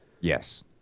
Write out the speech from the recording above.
Yes